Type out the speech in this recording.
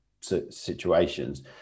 situations